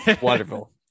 Wonderful